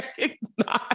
recognize